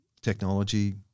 technology